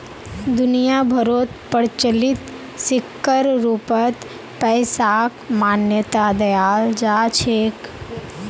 दुनिया भरोत प्रचलित सिक्कर रूपत पैसाक मान्यता दयाल जा छेक